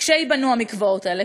כשייבנו המקוואות האלה.